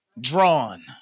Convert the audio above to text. drawn